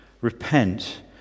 repent